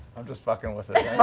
i'm just fucking with